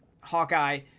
Hawkeye